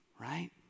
Right